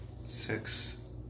six